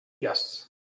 yes